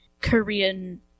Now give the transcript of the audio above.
korean